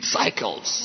cycles